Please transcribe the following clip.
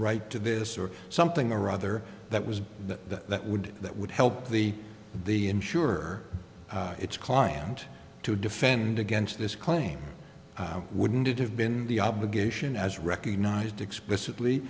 right to this or something or other that was that that would that would help the the insurer its client to defend against this claim wouldn't it have been the obligation as recognized explicitly